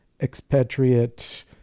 expatriate